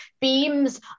beams